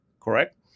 correct